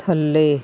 ਥੱਲੇ